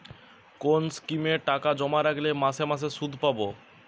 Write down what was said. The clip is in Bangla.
কোন স্কিমে টাকা জমা রাখলে মাসে মাসে সুদ পাব?